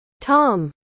Tom